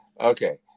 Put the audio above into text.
Okay